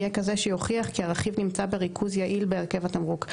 יהיה כזה שיוכיח כי הרכיב נמצא בריכוז יעיל בהרכב התמרוק.